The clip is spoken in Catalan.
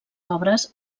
obres